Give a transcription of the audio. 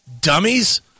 Dummies